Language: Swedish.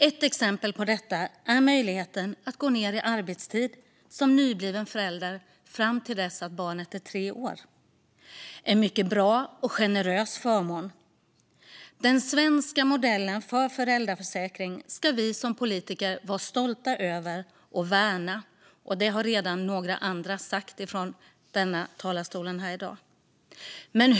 Ett exempel på detta är möjligheten att som nybliven förälder gå ned i arbetstid fram till dess att barnet är tre år. Det är en mycket bra och generös förmån. Den svenska modellen för föräldraförsäkring ska vi som politiker vara stolta över och värna, vilket några andra redan har sagt från denna talarstol i dag.